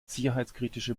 sicherheitskritische